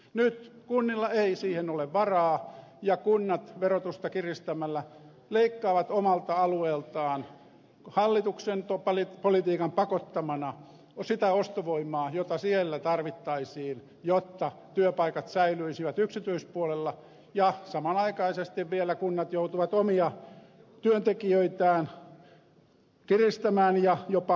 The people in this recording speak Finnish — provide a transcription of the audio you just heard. nyt kunnilla ei siihen ole varaa ja kunnat verotusta kiristämällä leikkaavat omalta alueeltaan hallituksen politiikan pakottamana sitä ostovoimaa jota siellä tarvittaisiin jotta työpaikat säilyisivät yksityispuolella ja samanaikaisesti vielä kunnat joutuvat omia työntekijöitään kiristämään ja jopa vähentämään